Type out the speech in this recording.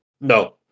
no